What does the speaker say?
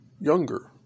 younger